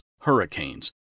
hurricanes